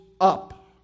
up